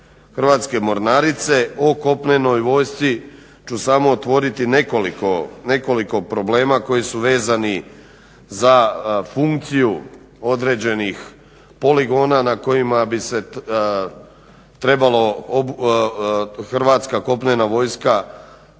Hrvatske mornarice, o kopnenoj vojsci ću samo otvoriti nekoliko problema koji su vezani za funkciju određenih poligona na kojima bi se trebalo Hrvatska kopnena vojska